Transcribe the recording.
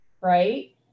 Right